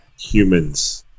humans